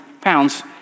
pounds